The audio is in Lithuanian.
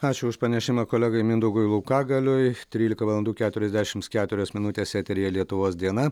ačiū už pranešimą kolegai mindaugui laukagaliui trylika valandų keturiasdešimts keturios minutės eteryje lietuvos diena